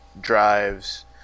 drives